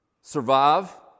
Survive